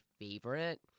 favorite